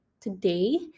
today